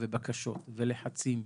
בקשות ולחצים,